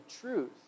truth